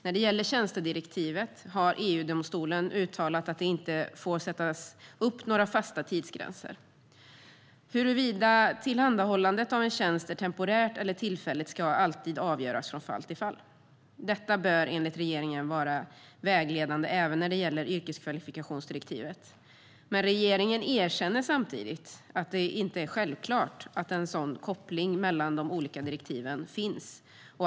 När det gäller tjänstedirektivet har EU-domstolen uttalat att det inte får sättas upp några fasta tidsgränser. Huruvida tillhandahållandet av en tjänst är temporärt eller tillfälligt ska alltid avgöras från fall till fall. Detta bör enligt regeringen vara vägledande även när det gäller yrkeskvalifikationsdirektivet. Samtidigt erkänner regeringen att det inte är självklart att en sådan koppling mellan de olika direktiven finns.